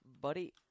buddy